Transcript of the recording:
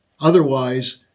Otherwise